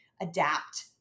adapt